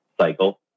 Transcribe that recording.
cycle